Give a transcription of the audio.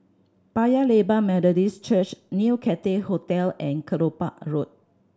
Paya Lebar Methodist Church New Cathay Hotel and Kelopak Road